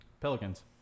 Pelicans